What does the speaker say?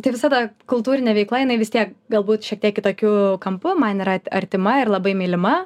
tai visa ta kultūrinė veikla jinai vis tiek galbūt šiek tiek kitokiu kampu man yra artima ir labai mylima